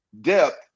depth